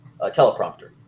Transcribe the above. teleprompter